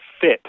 fit